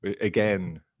again